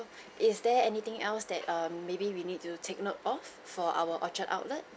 is there anything else that um maybe we need to take note of for our orchard outlet